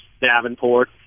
Davenport